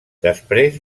després